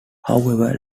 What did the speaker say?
however